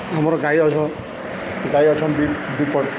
ଆମର୍ ଗାଈ ଅଛନ୍ ଗାଈ ଅଛନ୍ ଦୁଇ ଦୁଇ ପଟ୍